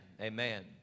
Amen